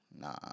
Nah